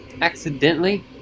Accidentally